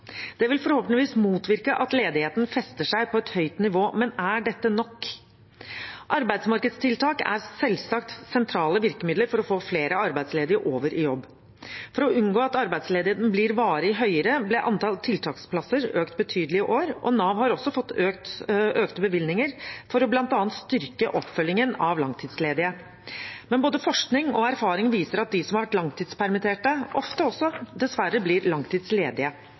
Det vil forhåpentligvis motvirke at ledigheten fester seg på et høyt nivå. Men er dette nok? Arbeidsmarkedstiltak er selvsagt sentrale virkemidler for å få flere arbeidsledige over i jobb. For å unngå at arbeidsledigheten blir varig høyere, ble antall tiltaksplasser økt betydelig i år, og Nav har også fått økte bevilgninger for bl.a. å styrke oppfølgingen av langtidsledige. Men både forskning og erfaring viser at de som har vært langtidspermittert, ofte også dessverre blir langtidsledige.